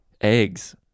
Eggs